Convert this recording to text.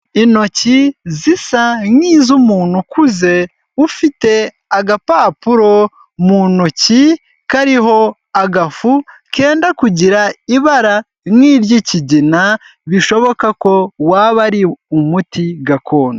Intoki zisa nk'izumuntu ukuze ufite agapapuro mu ntoki, kariho agafu kenda kugira ibara nk'iryikigina bishoboka ko waba ari umuti gakondo.